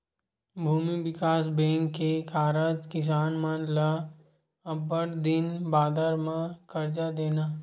भूमि बिकास बेंक के कारज किसान मन ल अब्बड़ दिन बादर म करजा देना